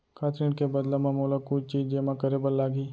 का ऋण के बदला म मोला कुछ चीज जेमा करे बर लागही?